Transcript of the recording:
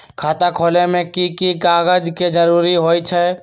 खाता खोले में कि की कागज के जरूरी होई छइ?